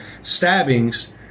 stabbings